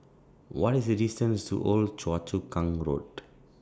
What IS The distance to Old Choa Chu Kang Road